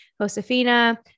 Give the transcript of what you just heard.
Josefina